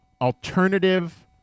alternative